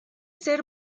ser